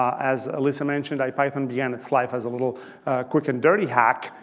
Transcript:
as alyssa mentioned, ipython began its life as a little quick and dirty hack,